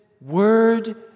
word